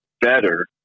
better